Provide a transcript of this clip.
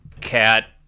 cat-